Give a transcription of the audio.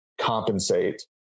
compensate